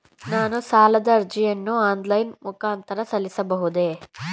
ನಾನು ಸಾಲದ ಅರ್ಜಿಯನ್ನು ಆನ್ಲೈನ್ ಮುಖಾಂತರ ಸಲ್ಲಿಸಬಹುದೇ?